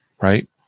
right